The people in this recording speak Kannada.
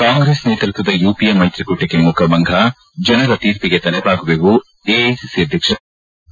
ಕಾಂಗ್ರೆಸ್ ನೇತೃತ್ವದ ಯುಪಿಎ ಮೈತ್ರಿಕೂಟಕ್ಕೆ ಮುಖಭಂಗ ಜನರ ತೀರ್ಪಿಗೆ ತಲೆಬಾಗುವೆವು ಎಐಸಿಸಿ ಅಧ್ಯಕ್ಷ ರಾಹುಲ್ ಗಾಂಧಿ